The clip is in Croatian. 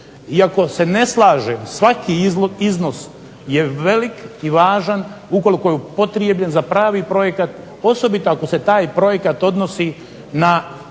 Iako se ne slažem, svaki iznos je velik i važan ukoliko je upotrijebljen za pravi projekt, osobito ako se taj projekt odnosi na